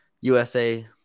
USA